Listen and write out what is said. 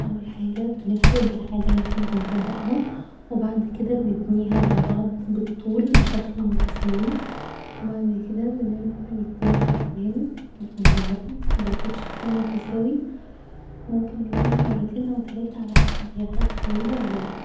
اول حاجة بنفرد الحاجة اللي احنا بنطبقها و بعد كده بنتنيها على بعض بالطول بشكل متساوي و بعد كده بنرجع نتنيها كمان بالعرض برضه بشكل متساوي ممكن نتنيها مرتين او تلاتة على حسب هي حاجة طويلة ولا لا